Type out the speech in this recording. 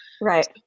Right